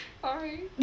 Sorry